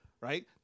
right